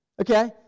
okay